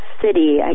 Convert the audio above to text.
city